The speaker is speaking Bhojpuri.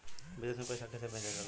विदेश में पैसा कैसे भेजल जाला?